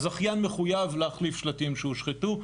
הזכיין מחויב להחליף שלטים שהושחתו.